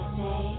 say